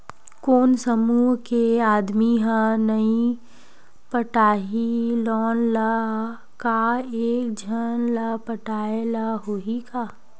कोन समूह के आदमी हा नई पटाही लोन ला का एक झन ला पटाय ला होही का?